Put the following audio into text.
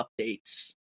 updates